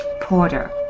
Porter